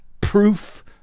proof